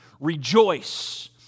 Rejoice